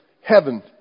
heaven